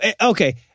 okay